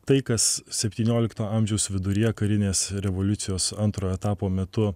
tai kas septyniolikto amžiaus viduryje karinės revoliucijos antrojo etapo metu